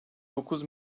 dokuz